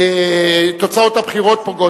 תוצאות הבחירות פוגעות בו.